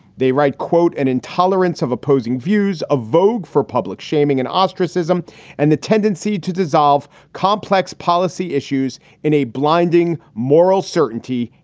they write, quote, an intolerance of opposing views of vogue for public shaming and ostracism and the tendency to dissolve complex policy issues in a blinding moral certainty.